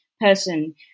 person